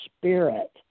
spirit